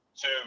two